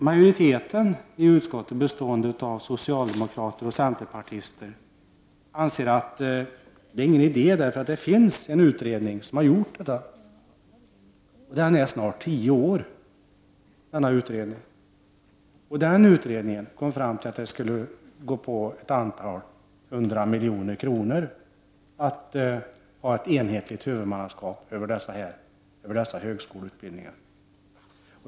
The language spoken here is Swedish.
Majoriteten i utskottet, bestående av socialdemokrater och centerpartister, anser att det inte är någon idé, eftersom det finns en utredning som redan har gjort detta. Den utredningen är snart tio år gammal. Den kom fram till att det skulle kosta ett antal hundra miljoner kronor att skapa ett enhetligt huvudmannaskap för dessa högskoleutbildningar.